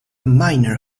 miner